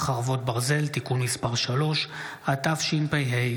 חרבות ברזל) (תיקון מס' 3),